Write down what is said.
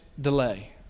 delay